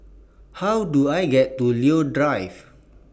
How Do I get to Leo Drive